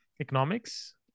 economics